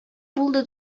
булды